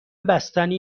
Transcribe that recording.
بستنی